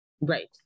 Right